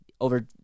over